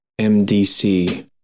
MDC